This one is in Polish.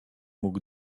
mógł